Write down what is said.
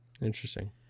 Interesting